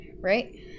right